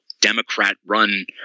Democrat-run